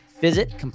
visit